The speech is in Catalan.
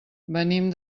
venim